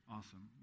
Awesome